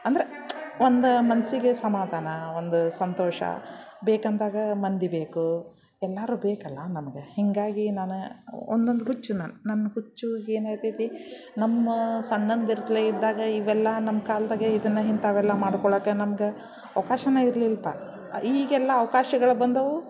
ಅಂದ್ರೆ ಒಂದು ಮನಸ್ಸಿಗೆ ಸಮಾಧಾನ ಒಂದು ಸಂತೋಷ ಬೇಕಂದಾಗ ಮಂದಿ ಬೇಕು ಎಲ್ಲರೂ ಬೇಕಲ್ಲ ನಮ್ಗೆ ಹೀಗಾಗಿ ನಾನು ಒಂದೊಂದು ಹುಚ್ಚು ನಾನು ನನ್ನ ಹುಚ್ಚೂಗ ಏನಾಗ್ತೈತಿ ನಮ್ಮ ಸಣ್ಣಂದಿರ್ತ್ಲೇ ಇದ್ದಾಗ ಇವೆಲ್ಲ ನಮ್ಮ ಕಾಲ್ದಾಗೆ ಇದನ್ನು ಇಂಥವೆಲ್ಲ ಮಾಡ್ಕೊಳ್ಳಕ್ಕ ನಮ್ಗೆ ಅವ್ಕಾಶವೇ ಇರ್ಲಿಲ್ಲಪ್ಪ ಈಗೆಲ್ಲ ಅವ್ಕಾಶಗಳು ಬಂದವು